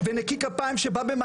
ונקי כפיים כמו רם בן ברק,